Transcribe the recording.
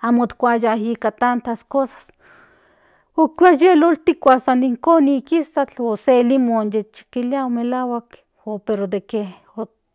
amo otkuaya nika tantas cosas otkuaya ijkn niika iztakl o se limon yekchikilia o melahuak pero de que.